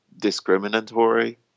discriminatory